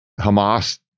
Hamas